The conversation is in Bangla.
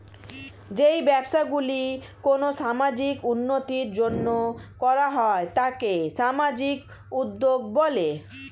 যেই ব্যবসাগুলি কোনো সামাজিক উন্নতির জন্য করা হয় তাকে সামাজিক উদ্যোগ বলে